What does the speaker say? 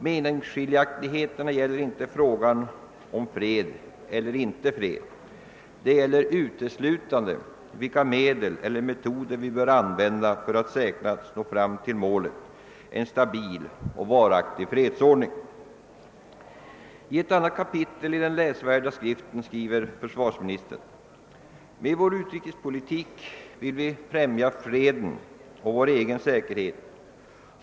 Meningsskiljaktigheterna gäller inte frågan om fred eller inte fred. De gäller uteslutande vilka medel eller metoder vi bör använda för att säkrast nå fram till målet — en stabil och varaktig fredsordning.» I ett annat kapitel i den läsvärda skriften skriver försvarsministern: »Med vår utrikespolitik vill vi främja freden och vår egen säkerhet.